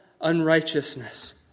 unrighteousness